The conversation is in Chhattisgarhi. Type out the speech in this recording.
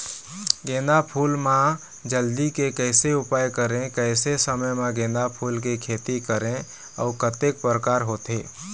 गेंदा फूल मा जल्दी के कैसे उपाय करें कैसे समय मा गेंदा फूल के खेती करें अउ कतेक प्रकार होथे?